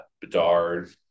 Bedard